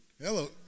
Hello